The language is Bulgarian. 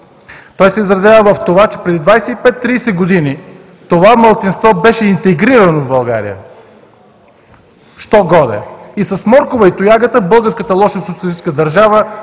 Той се изразява в това, че преди 25 – 30 години това малцинство беше интегрирано в България що-годе, и с моркова и тоягата българската лоша социалистическа държава